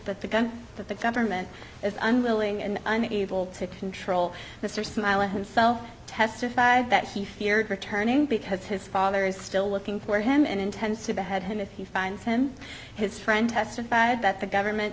but the gun that the government is unwilling and unable to control mr smiley himself testified that he feared returning because his father is still looking for him and intends to behead him if he finds him his friend testified that the government